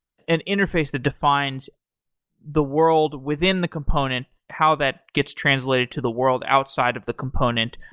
an interface that defines the world within the component how that gets translated to the world outside of the component,